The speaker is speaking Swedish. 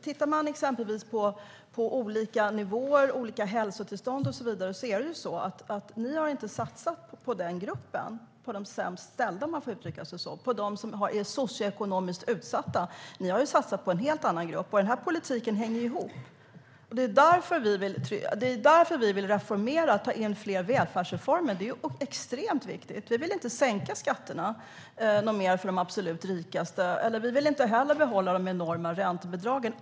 Tittar man på olika nivåer, olika hälsotillstånd och så vidare ser man att ni inte har satsat på de sämst ställda, om man får uttrycka sig så, på dem som är socioekonomiskt utsatta. Ni har satsat på en helt annan grupp. Politiken hänger ihop. Det är därför vi vill reformera och ta in fler välfärdsreformer. Det är extremt viktigt. Vi vill inte sänka skatterna mer för de absolut rikaste och vill inte heller behålla de enorma räntebidragen.